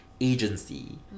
agency